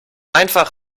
einfach